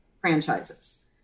franchises